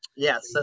Yes